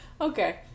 Okay